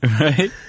Right